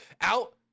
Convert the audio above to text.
Out